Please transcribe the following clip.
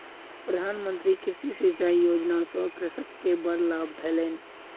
प्रधान मंत्री कृषि सिचाई योजना सॅ कृषक के बड़ लाभ भेलैन